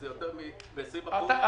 20% יותר מבשנה שעברה.